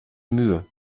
mühe